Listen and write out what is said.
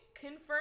Confirm